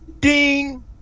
Ding